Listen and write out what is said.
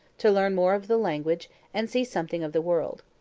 to learn more of the language and see something of the world.